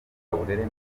uburere